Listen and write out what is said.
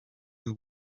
will